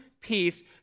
peace